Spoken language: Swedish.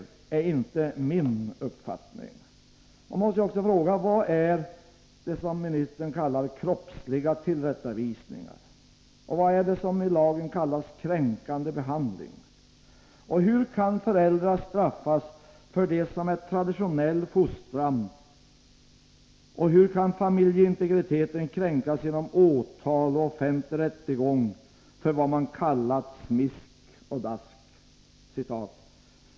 Jag måste fråga: Vad är det som justitieministern kallar ”kroppsliga tillrättavisningar”? Vad är det som i lagen kallas ”kränkande behandling”? Hur kan föräldrar straffas för det som är traditionell fostran, och hur kan familjeintegriteten kränkas genom åtal och offentlig rättegång för vad man kallat ”smisk och dask”?